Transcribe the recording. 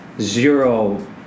zero